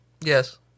Yes